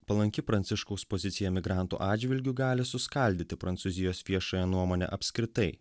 palanki pranciškaus pozicija migrantų atžvilgiu gali suskaldyti prancūzijos viešąją nuomonę apskritai